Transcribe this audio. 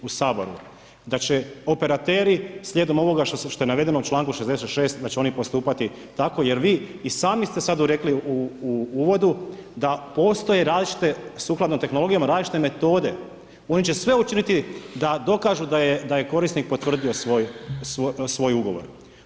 U Saboru da će operateri slijedom ovoga što je navedeno u članku 66. da će oni postupati tako jer vi i sami ste sad rekli u uvodu da postoje različite sukladno tehnologijama, različite metode, oni će sve učiniti da dokažu da je korisnik potvrdio svoj ugovor.